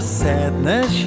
sadness